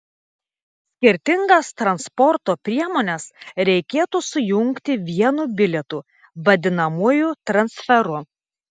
skirtingas transporto priemones reikėtų sujungti vienu bilietu vadinamuoju transferu